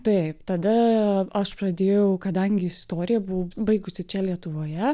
taip tada aš pradėjau kadangi istoriją buvau baigusi čia lietuvoje